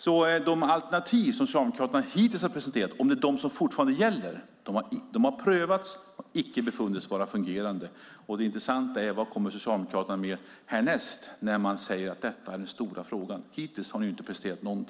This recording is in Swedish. Om de alternativ som Socialdemokraterna har presenterat fortfarande gäller har de prövats och inte funnits vara fungerande. Det intressanta är vad Socialdemokraterna kommer med härnäst. Ni säger att detta är den stora frågan, men hittills har ni inte presenterat något.